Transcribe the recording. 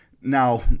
Now